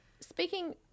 Speaking